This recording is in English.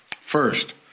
First